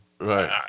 Right